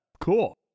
Cool